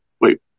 wait